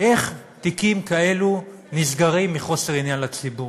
איך תיקים כאלו נסגרים מחוסר עניין לציבור?